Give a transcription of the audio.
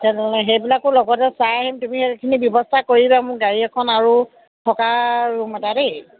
তেনেহ'লে সেইবিলাকো লগতে চাই আহিম তুমি সেইখিনি ব্যৱস্থা কৰিবা মোক গাড়ী এখন আৰু থকা ৰুম এটা দেই